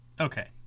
Okay